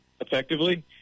effectively